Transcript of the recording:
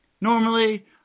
Normally